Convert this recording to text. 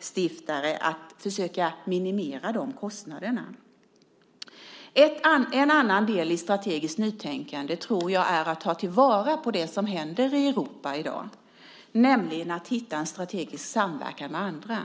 skatter att försöka minimera de kostnaderna. En annan del i strategiskt nytänkande tror jag är att ta till vara det som händer i Europa i dag, nämligen att hitta en strategisk samverkan med andra.